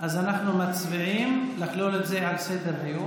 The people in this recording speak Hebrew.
אז אנחנו מצביעים לכלול את זה בסדר-היום.